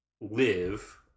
live